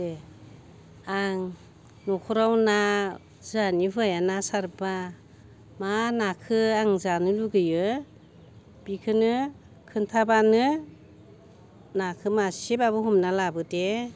दे आं नखराव ना जोहानि हुवाया ना सारबा मा नाखौ आं जानो लुगैयो बेखौनो खिन्थाबानो नाखौ मासेबाबो हमना लाबो दे